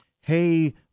Hey